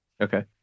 Okay